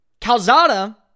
Calzada